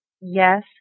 yes